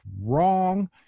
wrong